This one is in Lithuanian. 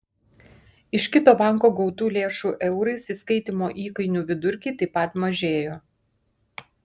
iš kito banko gautų lėšų eurais įskaitymo įkainių vidurkiai taip pat mažėjo